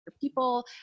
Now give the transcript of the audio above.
people